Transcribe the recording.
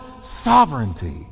sovereignty